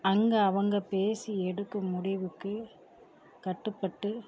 அங்கே அவங்க பேசி எடுக்கும் முடிவுக்கு கட்டுப்பட்டு